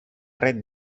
red